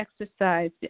exercise